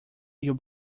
your